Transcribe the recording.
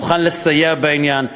מוכן לסייע בעניין,